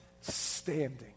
standing